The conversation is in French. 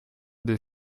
des